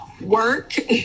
work